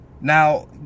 Now